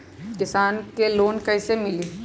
किसान के लोन कैसे मिली?